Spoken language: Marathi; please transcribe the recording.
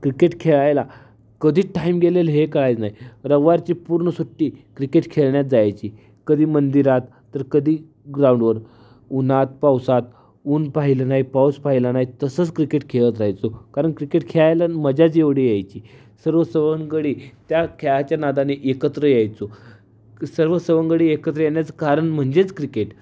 क्रिकेट खेळायला कधी टाईम गेलेलं हे कळायचं नाही रविवारची पूर्ण सुट्टी क्रिकेट खेळण्यात जायची कधी मंदिरात तर कधी ग्राउंडवर उन्हात पावसात ऊन पाहिलं नाही पाऊस पाहिला नाही तसंच क्रिकेट खेळत राहायचो कारण क्रिकेट खेळायला मजाच एवढी यायची सर्व सवंगडी त्या खेळाच्या नादाने एकत्र यायचो सर्व सवंगडी एकत्र येण्याचं कारण म्हणजेच क्रिकेट